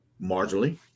Marginally